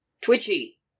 twitchy